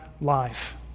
life